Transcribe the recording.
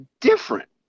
different